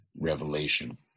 revelation